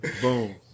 Boom